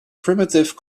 primitive